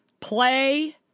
Play